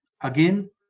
again